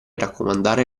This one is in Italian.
raccomandare